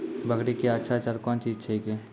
बकरी क्या अच्छा चार कौन चीज छै के?